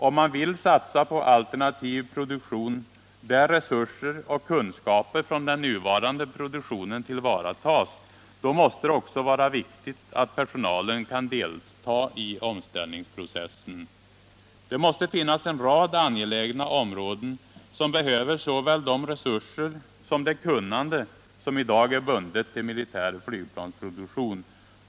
Om man vill satsa på alternativ produktion, där resurser och kunskaper från den nuvarande produktionen tillvaratas, då måste det också vara viktigt att personalen kan deita i omställningsprocessen. Det måste finnas en rad angelägna områden som behöver såväl de resurser som det kunnande som i dag binds till militär flygplansproduktion.